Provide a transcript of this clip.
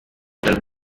del